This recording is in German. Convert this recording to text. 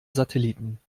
satelliten